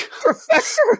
professor